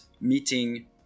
meeting